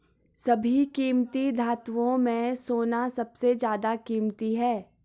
सभी कीमती धातुओं में सोना सबसे ज्यादा कीमती है